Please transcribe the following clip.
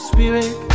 Spirit